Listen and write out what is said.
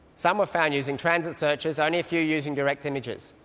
some were found using transit searches, only a few using direct images,